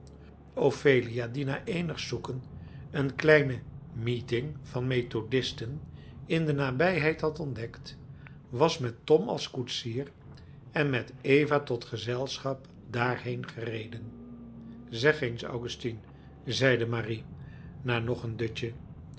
die na eenig zoeken een kleine meeting van methodisten in de nabijheid had ontdekt was met tom als koetsier en met eva tot gezelschap daarheen gereden zeg eens augustine zeide marie na nog een dutje